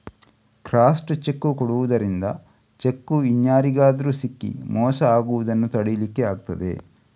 crossed cheque ಕೊಡುದರಿಂದ cheque ಇನ್ಯಾರಿಗಾದ್ರೂ ಸಿಕ್ಕಿ ಮೋಸ ಆಗುದನ್ನ ತಡೀಲಿಕ್ಕೆ ಆಗ್ತದೆ